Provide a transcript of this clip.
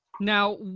now